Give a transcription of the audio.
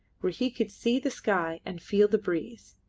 where he could see the sky and feel the breeze.